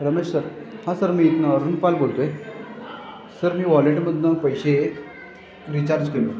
Ramesh sir हां sir मी इथून अरुणपाल बोलतो आहे सर मी वॉलेटमधून पैसे रिचार्ज केलो